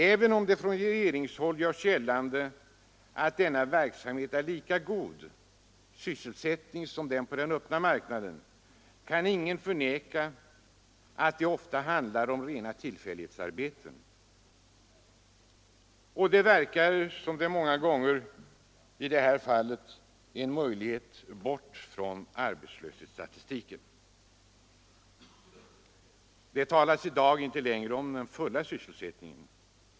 Även om det från regeringshåll görs gällande att denna verksamhet är lika god sysselsättning som den som erbjuds på den öppna marknaden, kan ingen förneka att det ofta handlar om rena tillfällighetsarbeten. Det verkar som om det gäller att få så många som möjligt bort från arbetslöshetsstatistiken. Det talas inte längre om ”full sysselsättning”.